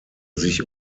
sich